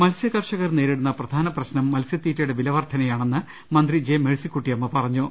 മത്സൃകർഷകർ നേരിടുന്ന പ്രധാന പ്രശ്നം മത്സൃതീറ്റയുടെ വിലവർധനയാണെന്ന് മന്ത്രി ജെ മേഴ്സിക്കുട്ടിഅമ്മ പറഞ്ഞു